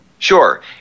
Sure